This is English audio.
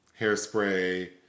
Hairspray